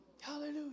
Hallelujah